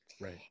Right